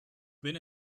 been